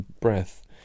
breath